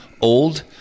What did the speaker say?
old